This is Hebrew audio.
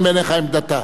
אדוני היושב-ראש,